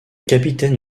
capitaine